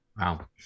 Wow